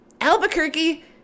Albuquerque